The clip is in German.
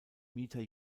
mieter